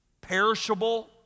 perishable